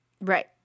Right